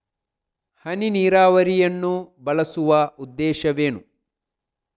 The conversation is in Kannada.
ಹನಿ ನೀರಾವರಿಯನ್ನು ಬಳಸುವ ಉದ್ದೇಶವೇನು?